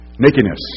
Nakedness